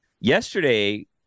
yesterday –